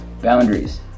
Boundaries